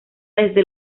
desde